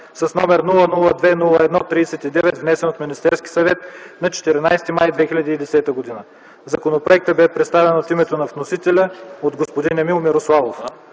№ 002-01-39, внесен от Министерския съвет на 14 май 2010 г. Законопроектът бе представен от името на вносителя от господин Емил Мирославов.